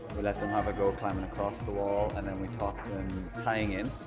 we let them have a go of climbing across the wall and then we taught them tying in